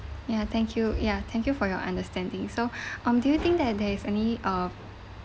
ya thank you ya thank you for your understanding so um do you think that there is any uh